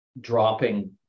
dropping